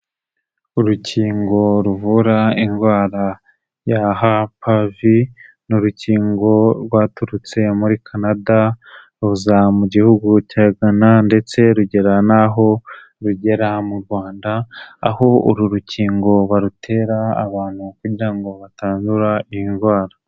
Urukingo ruvura indwara ya HPV, ni urukingo rwaturutse muri Canada ruza mu gihugu cya Ghana ndetse rugera n'aho rugera mu Rwanda, aho uru rukingo barutera abantu kugira ngo batandura iyi ndwara.